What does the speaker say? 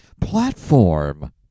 platform